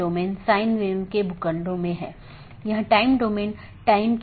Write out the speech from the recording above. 16 bit से 216 संख्या संभव है जो कि एक बहुत बड़ी संख्या है